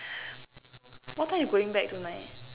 what time are you going back tonight ah